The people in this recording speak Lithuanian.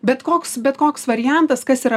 bet koks bet koks variantas kas yra